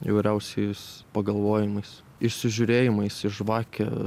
įvairiausiais pagalvojimais įsižiūrėjimais į žvakę